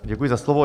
Děkuji za slovo.